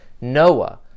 Noah